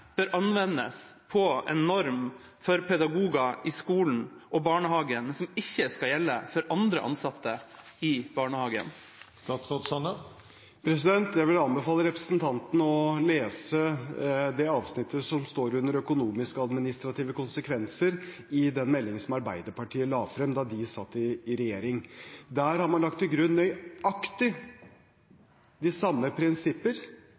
bør anvendes på en norm for pedagoger i skolen og barnehagen hvis den ikke skal gjelde for andre ansatte i barnehagen? Jeg vil anbefale representanten Henriksen å lese det avsnittet som står om økonomiske og administrative konsekvenser i den meldingen som Arbeiderpartiet la frem da de satt i regjering. Der har man lagt til grunn nøyaktig de samme prinsipper